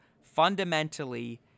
fundamentally